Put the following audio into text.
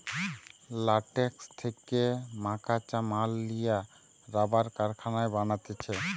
latex থেকে মকাঁচা মাল লিয়া রাবার কারখানায় বানাতিছে